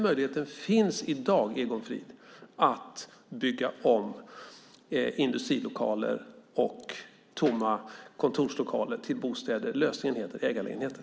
Möjligheten att bygga om industrilokaler och tomma kontorslokaler till bostäder finns i dag, Egon Frid. Lösningen heter ägarlägenheter.